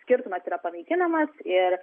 skirtumas yra panaikinamas ir